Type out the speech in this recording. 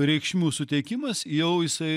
reikšmių suteikimas jau jisai